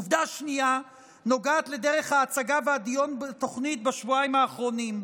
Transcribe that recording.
עובדה שנייה נוגעת לדרך ההצגה והדיון בתוכנית בשבועיים האחרונים.